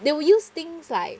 they will use things like